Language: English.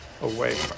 away